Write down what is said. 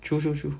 true true true